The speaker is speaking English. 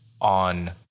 on